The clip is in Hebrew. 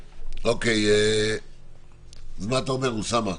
אז מה אתה אומר, אוסאמה?